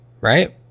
Right